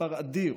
מספר אדיר.